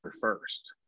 first